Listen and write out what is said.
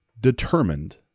determined